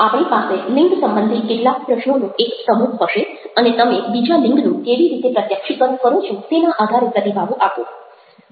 આપણી પાસે લિંગ સંબંધી કેટલાક પ્રશ્નોનો એક સમૂહ હશે અને તમે બીજા લિંગનું કેવી રીતે પ્રત્યક્ષીકરણ કરો છો તેના આધારે પ્રતિભાવો આપો